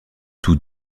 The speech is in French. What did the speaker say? tous